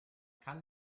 kann